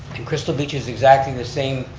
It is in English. and crystal beach is exactly the same